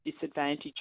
disadvantage